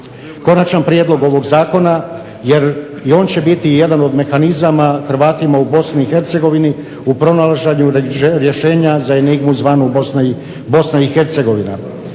konačan prijedlog ovog zakona, jer je on će biti jedan od mehanizama Hrvatima u Bosni i Hercegovini, u pronalaženju rješenja za enigmu zvana Bosna